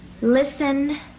Listen